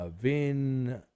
Vin